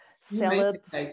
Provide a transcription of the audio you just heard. salads